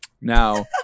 Now